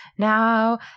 Now